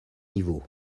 niveau